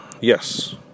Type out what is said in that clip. yes